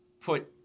put